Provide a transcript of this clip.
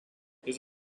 his